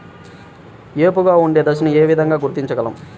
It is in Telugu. ఏపుగా ఉండే దశను ఏ విధంగా గుర్తించగలం?